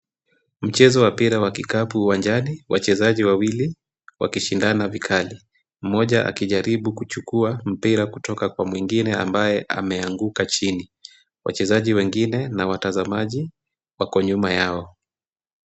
Mchezo wa mpira wa kikapu uwanjani. Wachezaji wawili wakishindana vikali, mmoja akijaribu kuchukua mpira kutoka kwa mwingine ambaye ameanguka chini. Wachezaji wengine na watazamaji wako nyuma yao.